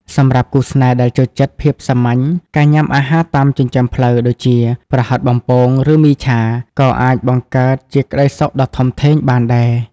សម្រាប់គូស្នេហ៍ដែលចូលចិត្តភាពសាមញ្ញ ការញ៉ាំអាហារតាមចិញ្ចើមផ្លូវដូចជា ប្រហិតបំពង ឬមីឆា ក៏អាចបង្កើតជាក្ដីសុខដ៏ធំធេងបានដែរ។